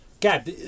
Gab